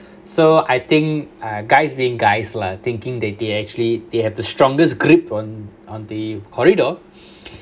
so I think uh guys being guys lah thinking that they actually they have the strongest grip on on the corridor